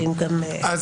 אז